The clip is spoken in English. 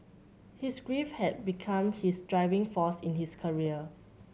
his grief had become his driving force in his career